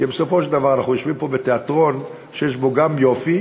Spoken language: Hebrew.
כי בסופו של דבר אנחנו יושבים פה בתיאטרון שיש בו גם יופי,